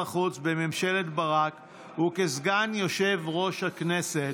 החוץ בממשלת ברק וכסגן יושב-ראש הכנסת.